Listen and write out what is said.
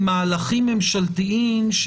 מהלכים ממשלתיים,